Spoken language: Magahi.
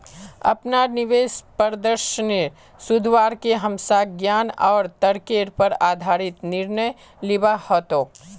अपनार निवेश प्रदर्शनेर सुधरवार के हमसाक ज्ञान आर तर्केर पर आधारित निर्णय लिबा हतोक